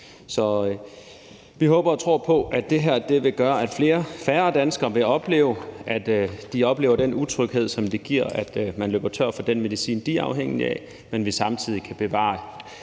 vi håber og tror på, at det her vil gøre, at færre danskere vil opleve, at de oplever den utryghed, som det giver, at man løber tør for den medicin, man er afhængig af, men at vi samtidig kan bevare